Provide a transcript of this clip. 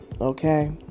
okay